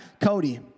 Cody